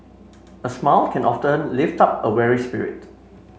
a smile can often lift up a weary spirit